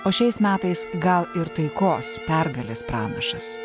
o šiais metais gal ir taikos pergalės pranašas